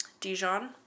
Dijon